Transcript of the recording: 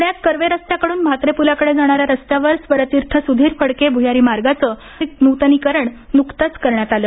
पुण्यात कर्वे रस्त्याकडून म्हात्रे पुलाकडे जाणाऱ्या रस्त्यावर स्वरतीर्थ सुधीर फडके भुयारी मार्गाचं नुतनीकरण नुकतंच करण्यात आलं